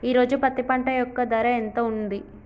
ఈ రోజు పత్తి పంట యొక్క ధర ఎంత ఉంది?